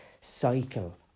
cycle